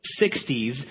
60s